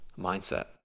mindset